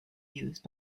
used